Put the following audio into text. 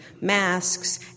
masks